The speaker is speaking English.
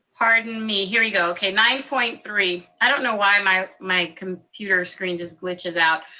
pardon me, here we go. okay, nine point three. i don't know why my my computer screen just glitches out.